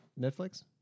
Netflix